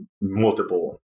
multiple